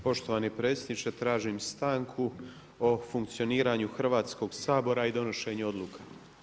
Poštovani predsjedniče, tražim stanku o funkcioniranju Hrvatskog sabora i donošenju odluka.